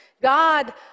God